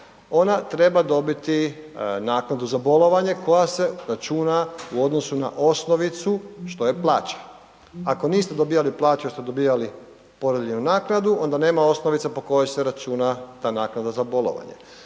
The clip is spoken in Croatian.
ona treba dobiti naknadu za bolovanje koja se računa u odnosu na osnovicu što je plaća. Ako niste dobivali plaću jer ste dobivali porodiljnu naknadu, onda nema osnovice po kojoj se računa ta naknada za bolovanje.